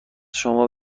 شما